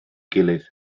gilydd